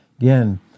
Again